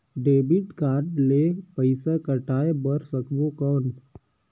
Debit card ले पइसा पटाय बार सकबो कौन?